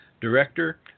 director